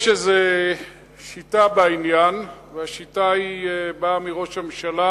יש איזה שיטה בעניין, והשיטה באה מראש הממשלה,